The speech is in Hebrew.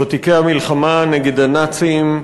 ותיקי המלחמה נגד הנאצים,